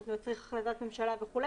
שזה מצריך החלטת ממשלה וכו',